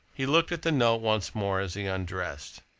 he looked at the note once more as he undressed.